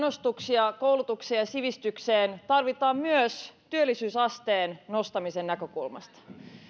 panostuksia koulutukseen ja sivistykseen tarvitaan myös työllisyysasteen nostamisen näkökulmasta